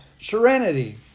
serenity